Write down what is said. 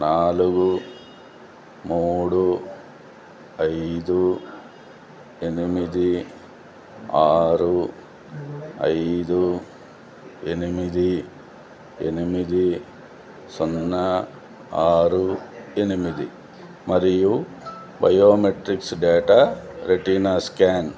నాలుగు మూడు ఐదు ఎనిమిది ఆరు ఐదు ఎనిమిది ఎనిమిది సున్నా ఆరు ఎనిమిది మరియు బయోమెట్రిక్స్ డేటా రెటీనా స్కాన్